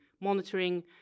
monitoring